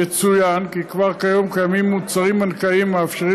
יצוין כי כבר כיום קיימים מוצרים בנקאיים המאפשרים